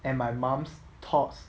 and my mum's thoughts